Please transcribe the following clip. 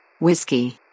Whiskey